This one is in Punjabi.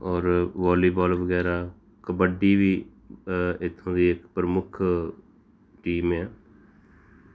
ਔਰ ਵਾਲੀਬਾਲ ਵਗੈਰਾ ਕਬੱਡੀ ਵੀ ਅ ਇੱਥੋਂ ਦੀ ਇੱਕ ਪ੍ਰਮੁੱਖ ਟੀਮ ਆ